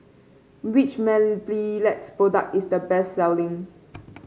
which Mepilex product is the best selling